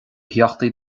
theachtaí